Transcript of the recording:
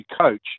coach